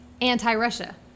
anti-Russia